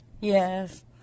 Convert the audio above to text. yes